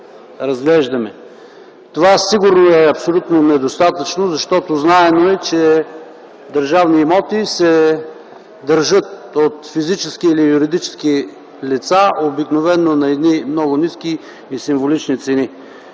Това със сигурност е абсолютно недостатъчно, защото е знайно, че държавни имоти се държат от физически и юридически лица обикновено на много ниски и символични цени.